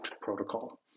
protocol